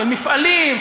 של מפעלים,